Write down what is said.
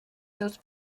seus